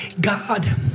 God